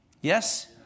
Yes